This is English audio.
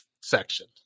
section